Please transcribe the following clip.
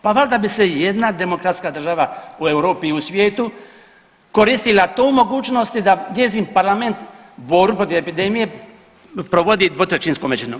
Pa valjda bi se jedna demokratska država u Europi, u svijetu koristila tu mogućnost da njezin parlament borbu protiv epidemije provodi dvotrećinskom većinom.